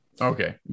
Okay